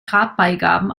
grabbeigaben